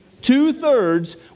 Two-thirds